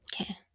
Okay